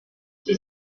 j’ai